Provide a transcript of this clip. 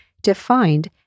defined